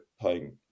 playing